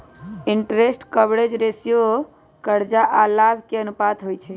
interest coverage ratio करजा आऽ लाभ के अनुपात होइ छइ